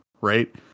right